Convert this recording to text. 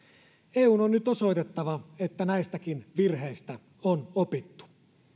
eun on nyt osoitettava että näistäkin virheistä on opittu